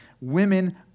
women